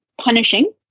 punishing